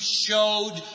showed